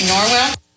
Norwell